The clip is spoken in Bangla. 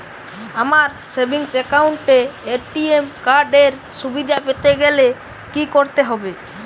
আমার সেভিংস একাউন্ট এ এ.টি.এম কার্ড এর সুবিধা পেতে গেলে কি করতে হবে?